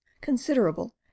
considerable